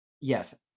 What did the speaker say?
yes